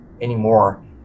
anymore